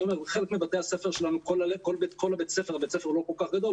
בית הספר הוא לא כל כך גדול,